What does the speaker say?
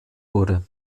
wurde